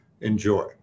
enjoy